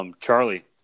Charlie